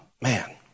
man